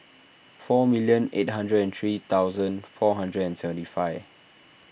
four million eight hundred and three thousand four hundred and seventy five